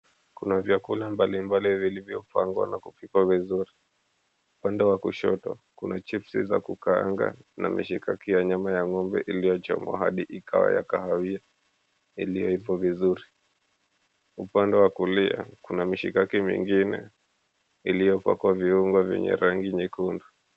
Kuna vyakula mbalimbali vilivyopangwa na kupikwa vizuri. Upande wa kushoto, kuna chipsi za kukaanga na mishikaki ya nyama ya ng'ombe iliyochomwa hadi ikawa ya kahawia iliyoiva vizuri. Upande wa kulia, kuna mishikaki mingine iliyopakwa viungo vyenye rangi nyekundu.